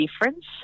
difference